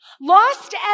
lost